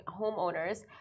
homeowners